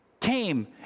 came